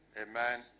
Amen